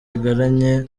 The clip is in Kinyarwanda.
bagiranye